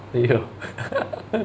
ya